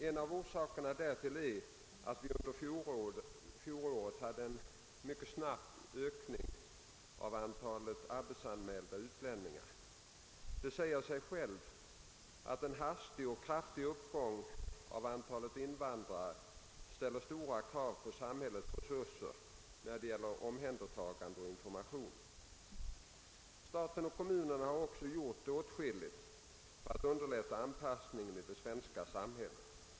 En av orsakerna härtill är, att vi under fjolåret hade en mycket snabb ökning av antalet arbetsanmälda utlänningar. Det säger sig självt att en hastig och kraftig uppgång av antalet invandrare ställer stora krav på samhällets resurser när det gäller omhändertagande och information. Staten och kommunerna har också gjort åtskilligt för att underlätta anpassningen i det svenska samhället.